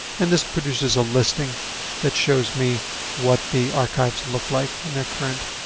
and this produces a listing that shows me what the archives look like in their current,